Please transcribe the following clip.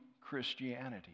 Christianity